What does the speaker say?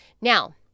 Now